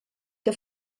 que